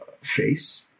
face